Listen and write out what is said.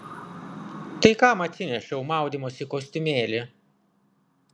tai kam atsinešiau maudymosi kostiumėlį